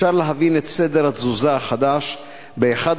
אפשר להבין את סדר התזוזה החדש באחד